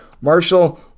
Marshall